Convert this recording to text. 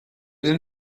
den